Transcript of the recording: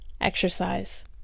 exercise